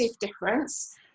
difference